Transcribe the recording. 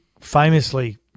famously